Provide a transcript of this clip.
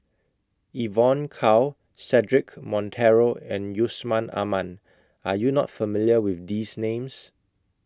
Evon Kow Cedric Monteiro and Yusman Aman Are YOU not familiar with These Names